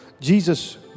Jesus